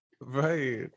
right